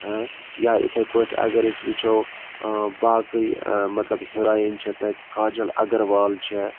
یا اِتھَے پٲٹھۍ اَگر أسۍ وُچھو باقٕے مطلب ہیٖرویِن چھِ تَتہِ کاجَل اَگروال چھےٚ